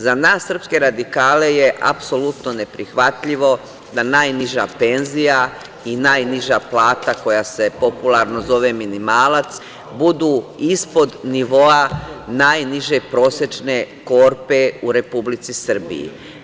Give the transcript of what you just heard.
Za nas srpske radikale je apsolutno neprihvatljivo da najniža penzija i najniža plata, koja se popularno zove minimalac, budu ispod nivoa najniže prosečne korpe u Republici Srbiji.